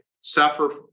suffer